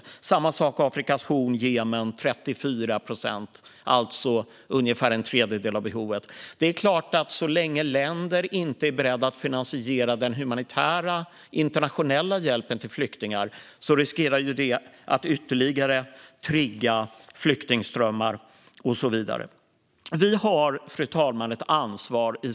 Detsamma gäller Afrikas horn och Jemen - 34 procent, alltså ungefär en tredjedel av behovet. Så länge länder inte är beredda att finansiera den humanitära internationella hjälpen till flyktingar riskerar det självklart att ytterligare trigga flyktingströmmar och så vidare.